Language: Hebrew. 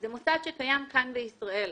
זה מוסד שקיים כאן בישראל.